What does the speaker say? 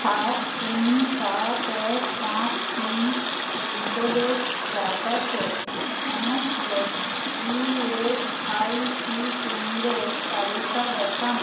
সাত তিন সাত এক পাঁচ তিন পিনকোডের চারপাশে সমস্ত ই এস আই সি কেন্দ্রের তালিকা দেখান